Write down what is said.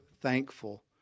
thankful